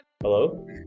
Hello